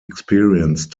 experience